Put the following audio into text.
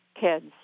kids